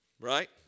right